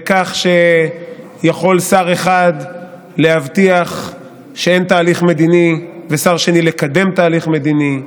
בכך שיכול שר אחד להבטיח שאין תהליך מדיני ושר שני לקדם תהליך מדיני.